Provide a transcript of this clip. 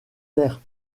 terre